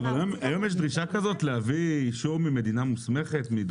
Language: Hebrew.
היום יש דרישה כזאת, להביא אישור ממדינה מוסמכת?